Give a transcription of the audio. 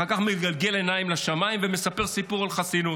אחר כך מגלגל עיניים לשמיים ומספר סיפור על חסינות.